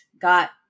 got